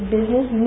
Business